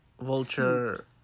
Vulture